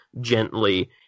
gently